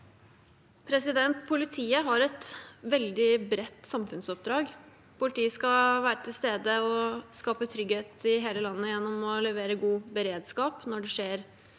Politiet har et vel- dig bredt samfunnsoppdrag. Politiet skal være til stede og skape trygghet i hele landet gjennom å levere god beredskap når det skjer